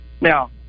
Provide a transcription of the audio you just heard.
Now